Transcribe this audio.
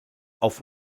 auf